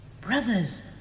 Brothers